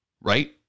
right